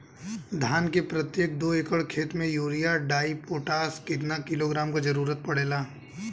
धान के प्रत्येक दो एकड़ खेत मे यूरिया डाईपोटाष कितना किलोग्राम क जरूरत पड़ेला?